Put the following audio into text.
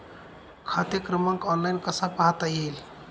खाते क्रमांक ऑनलाइन कसा पाहता येईल?